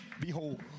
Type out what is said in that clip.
Behold